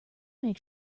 make